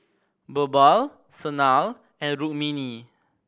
Birbal Sanal and Rukmini